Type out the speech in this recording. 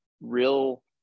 real